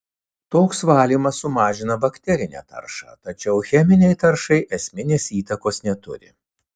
toks valymas sumažina bakterinę taršą tačiau cheminei taršai esminės įtakos neturi